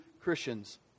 Christians